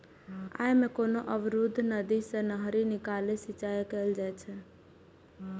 अय मे कोनो अवरुद्ध नदी सं नहरि निकालि सिंचाइ कैल जाइ छै